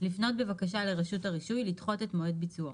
לפנות בבקשה לרשות הרישוי לדחות את מועד ביצועו,